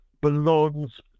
belongs